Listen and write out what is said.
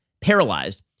paralyzed